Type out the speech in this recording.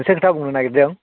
मोनसे खोथा बुंनो नागिरदों